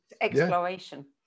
exploration